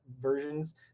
versions